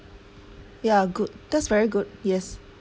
yeah good that's very good yes